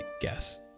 Guess